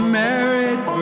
married